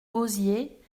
gosier